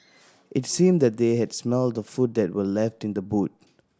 it seemed that they had smelt the food that were left in the boot